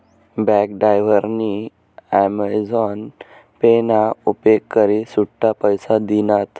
cab डायव्हरनी Amazon Pay ना उपेग करी सुट्टा पैसा दिनात